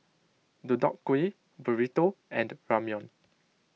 Deodeok Gui Burrito and Ramyeon